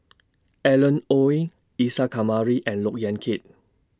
Alan Oei Isa Kamari and Look Yan Kit